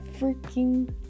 freaking